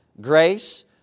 grace